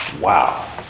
Wow